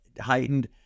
heightened